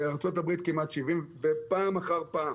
בארצות הברית בכמעט 70, וסייעו פעם אחר פעם,